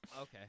Okay